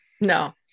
No